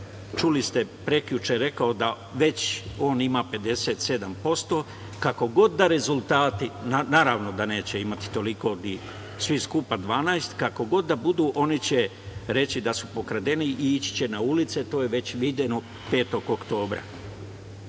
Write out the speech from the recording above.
čuli ste preključe, rekao da već on ima 57%. Kakvi god da rezultati, naravno da neće imati toliko, ni svi skupa 12, kakvi god da budu oni će reći da u pokradeni i ići će na ulice. To je već viđeno 5. oktobra. Ti